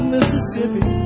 Mississippi